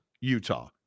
utah